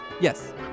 Yes